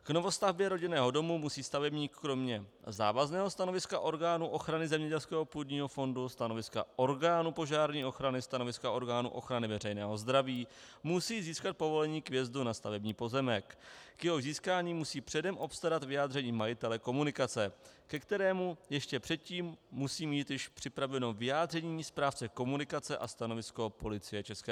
K novostavbě rodinného domu musí stavebník kromě závazného stanoviska orgánů ochrany zemědělského původního fondu, stanoviska orgánu požární ochrany, stanoviska orgánu ochrany veřejného zdraví získat povolení k vjezdu na stavební pozemek, k jehož získání musí předem obstarat vyjádření majitele komunikace, ke kterému ještě předtím musí mít již připraveno vyjádření správce komunikace a stanovisko Policie ČR.